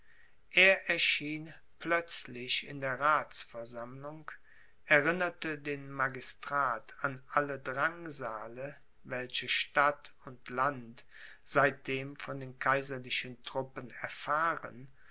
er erschien plötzlich in der rathsversammlung erinnerte den magistrat an alle drangsale welche stadt und land seitdem von den kaiserlichen truppen erfahren